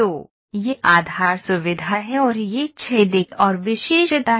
तो यह आधार सुविधा है और यह छेद एक और विशेषता है